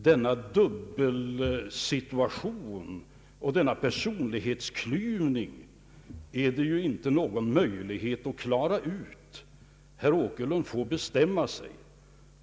Denna dubbelsituation och personlighetsklyvning finns det ju inte någon möjlighet att klara ut. Herr Åkerlund får bestämma sig.